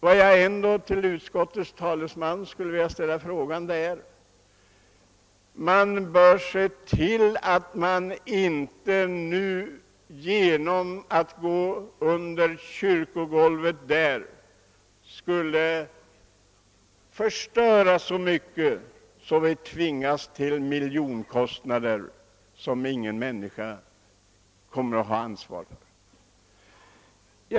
Jag vill säga till utskottets talesman: Man bör se till att man inte nu genom att gå under kyrkogolvet förstör så mycket att vi tvingas bestrida miljonkostnader som ingen människa kommer att ha ansvar för.